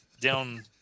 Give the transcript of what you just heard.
down